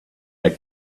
our